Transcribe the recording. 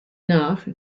nach